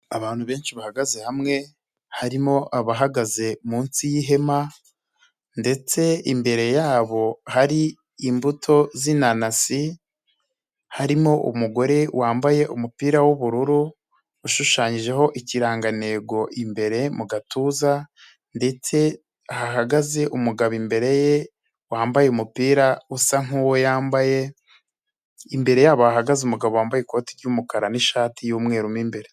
Abantu benshi bahagaze hamwe harimo abahagaze munsi y'ihema, ndetse imbere yabo hari imbuto z'inanasi, harimo umugore wambaye umupira w'ubururu ushushanyijeho ikirangantego imbere mu gatuza, ndetse hahagaze umugabo imbere ye wambaye umupira usa nk'uwo yambaye, imbere yabo hahagaze umugabo wambaye ikoti ry'umukara n'ishati y'umweru imbere.